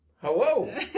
Hello